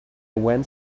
went